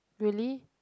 really